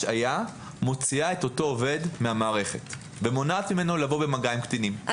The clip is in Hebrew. השעיה מוציאה את אותו עובד מהמערכת ומונעת ממנו לבוא במגע עם קטינים,